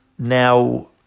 now